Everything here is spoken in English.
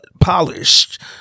polished